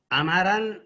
amaran